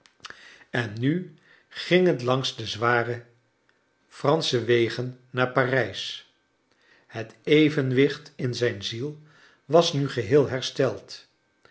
en nu ging het langs de zware eransche wegen naar parijs het evenwicht in zijn ziel was nu geheel hersteld